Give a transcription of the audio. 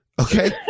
okay